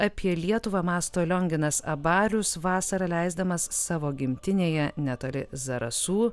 apie lietuvą mąsto lionginas abarius vasarą leisdamas savo gimtinėje netoli zarasų